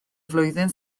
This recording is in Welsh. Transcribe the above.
flwyddyn